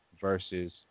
Versus